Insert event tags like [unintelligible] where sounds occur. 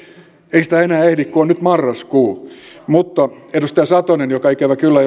ei sitä enää ehdi kun on marraskuu mutta edustaja satonen joka ikävä kyllä [unintelligible]